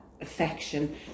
affection